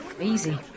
Easy